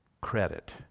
credit